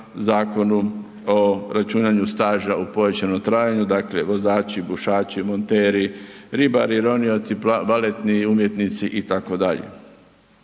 Zakonu o računanju staža u povećanom trajanju dakle vozači, bušači, monteri, ribari, ronioci, baletni umjetnici itd.